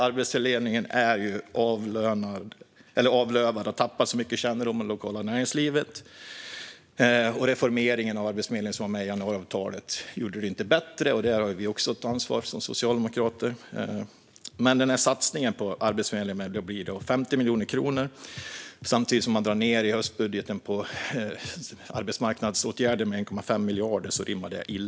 Arbetsförmedlingen är avlövad och har tappat mycket kännedom om det lokala näringslivet. Den reformering av Arbetsförmedlingen som ingick i januariavtalet gjorde det inte bättre, och där har vi socialdemokrater också ett ansvar. Men satsningen på Arbetsförmedlingen med 50 miljoner rimmar illa med att man samtidigt i höstbudgeten drar ned med 1,5 miljarder på arbetsmarknadsåtgärder.